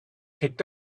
picked